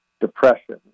depression